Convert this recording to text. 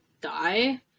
die